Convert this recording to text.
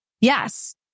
yes